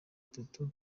itatu